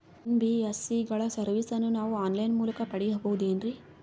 NBSC ಗಳ ಸರ್ವಿಸನ್ನ ನಾವು ಆನ್ ಲೈನ್ ಮೂಲಕ ಪಡೆಯಬಹುದೇನ್ರಿ?